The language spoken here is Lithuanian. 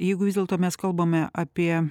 jeigu vis dėlto mes kalbame apie